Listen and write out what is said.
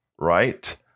right